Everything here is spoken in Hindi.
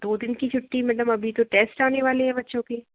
दो दिन की छुट्टी मतलब अभी तो टेस्ट आने वाले हैं बच्चों के